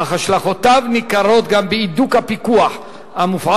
אך השלכותיה ניכרות גם בהידוק הפיקוח המופעל